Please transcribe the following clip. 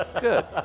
Good